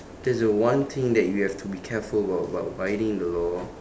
that's the one thing that you have to be careful about about abiding the law